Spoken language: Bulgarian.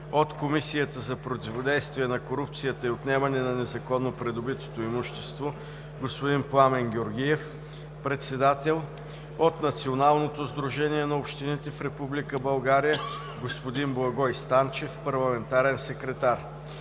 от Комисията за противодействие на корупцията и отнемане на незаконно придобитото имущество – господин Пламен Георгиев – председател; от Национално сдружение на общините в Република България – господин Благой Станчев – парламентарен секретар.